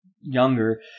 younger